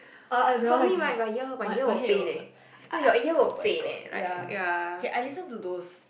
ah that one I cannot my my head will hurt I I oh my god ya k I listen to those